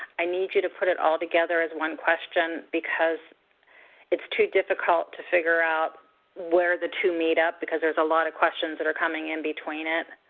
i need you to put it all together as one question because it's too difficult to figure out where the two meet up because there's a lot of questions that are coming in between it.